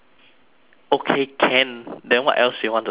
okay can then what else do you want to talk about